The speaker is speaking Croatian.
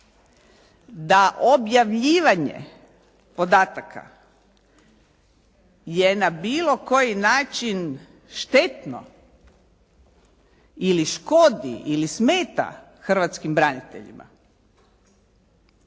da objavljivanje podataka je na bilo koji način štetno ili škodi ili smeta hrvatskim braniteljima